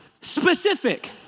specific